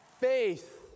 faith